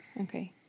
Okay